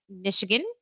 Michigan